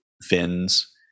fins